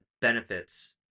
benefits